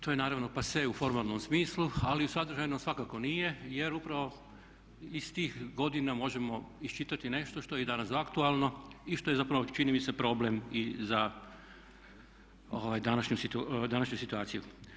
To je naravno pase u formalnom smislu, ali u sadržajnom svakako nije jer upravo iz tih godina možemo iščitati nešto što je i danas aktualno i što je zapravo čini mi se i problem i za današnju situaciju.